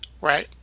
Right